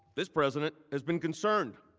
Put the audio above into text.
this president has been concerned